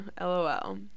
lol